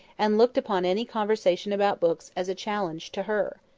and looked upon any conversation about books as a challenge to her.